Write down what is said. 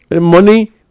money